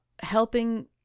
Helping